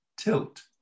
tilt